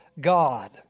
God